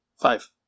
Five